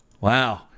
Wow